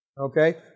Okay